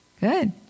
Good